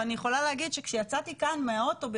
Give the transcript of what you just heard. ואני יכולה להגיד שכשיצאתי כאן מהאוטו,